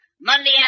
Monday